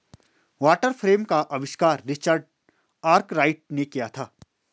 water frame का आविष्कार Richard Arkwright ने किया था